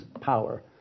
power